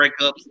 breakups